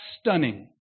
stunning